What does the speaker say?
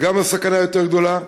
אז גם הסכנה יותר גדולה,